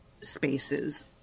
spaces